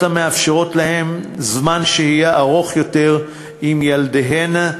המאפשרות להן זמן שהייה ארוך יותר עם ילדיהן,